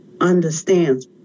understands